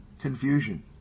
confusion